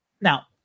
now